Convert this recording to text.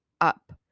up